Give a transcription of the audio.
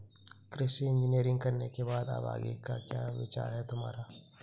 कृषि इंजीनियरिंग करने के बाद अब आगे का क्या विचार है तुम्हारा?